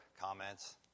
comments